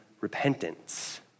repentance